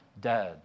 dead